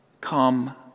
come